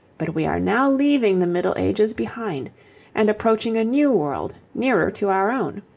but we are now leaving the middle ages behind and approaching a new world nearer to our own.